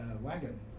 wagon